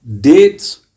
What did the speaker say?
dates